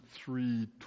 three